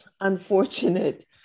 unfortunate